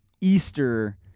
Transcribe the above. Easter